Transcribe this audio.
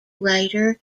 writer